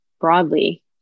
broadly